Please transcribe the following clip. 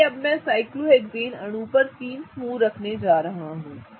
इसलिए अब मैं इस साइक्लोहेक्सेन अणु पर तीन समूह रखने जा रहा हूं